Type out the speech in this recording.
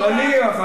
נניח.